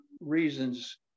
reasons